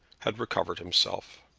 had recovered himself.